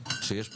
שיש פה,